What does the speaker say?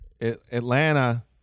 Atlanta